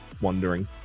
wondering